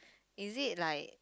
is it like